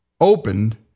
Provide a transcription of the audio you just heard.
opened